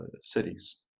cities